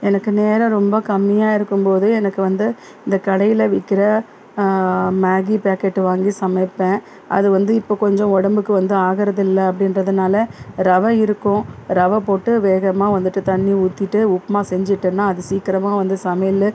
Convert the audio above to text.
எனக்கு நேரம் ரொம்ப கம்மியாக இருக்கும்போது எனக்கு வந்து இந்த கடையில் விற்கிற மேகி பேக்கெட்டு வாங்கி சமைப்பேன் அது வந்து இப்போ கொஞ்சம் உடம்புக்கு வந்து ஆகறதில்லை அப்படின்றதுனாலே ரவை இருக்கும் ரவை போட்டு வேகமாக வந்துட்டு தண்ணி ஊற்றிட்டு உப்புமா செஞ்சுட்டன்னா அது சீக்கிரமாக வந்து சமையல்